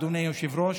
אדוני היושב-ראש,